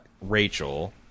Rachel